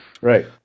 right